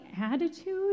attitude